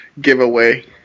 giveaway